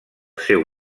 seu